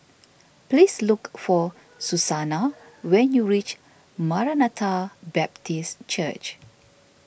please look for Susana when you reach Maranatha Baptist Church